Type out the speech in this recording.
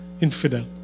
infidel